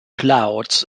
clouds